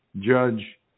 judge